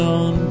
on